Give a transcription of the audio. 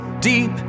Deep